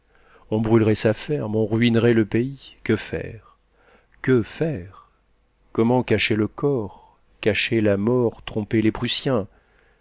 on brûlerait sa ferme on ruinerait le pays que faire que faire comment cacher le corps cacher la mort tromper les prussiens